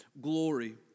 glory